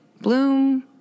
Bloom